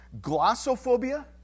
Glossophobia